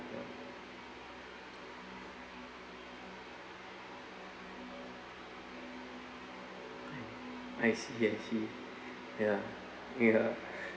I see I see ya ya